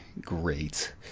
great